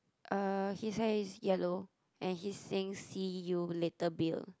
uh his hair is yellow and he's saying see you later Bill